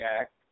Act